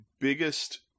biggest